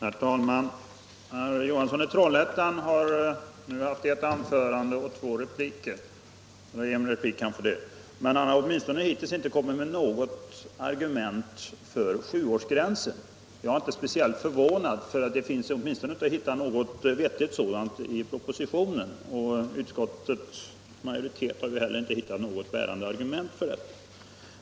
Herr talman! Herr Johansson i Trollhättan har nu haft ett anförande och en replik, men han har hittills inte kommit med något argument för sju årsgränsen. Jag är inte speciellt förvånad över det — det finns åtminstone inte något vettigt argument för den i propositionen, och utskottsmajoriteten har inte heller hittat något bärande argument.